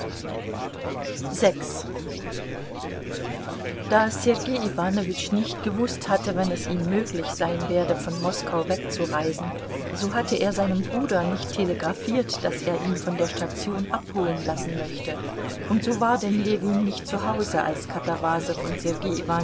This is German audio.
da sergei iwanowitsch nicht gewußt hatte wann es ihm möglich sein werde von moskau wegzureisen so hatte er seinem bruder nicht telegrafiert daß er ihn von der station abholen lassen möchte und so war denn ljewin nicht zu hause als katawasow und sergei